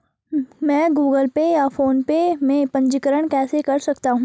मैं Google Pay या फोनपे में पंजीकरण कैसे कर सकता हूँ?